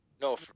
No